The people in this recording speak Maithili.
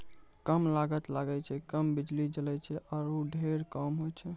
कम लागत लगै छै, कम बिजली जलै छै आरो ढेर काम होय छै